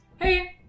Hey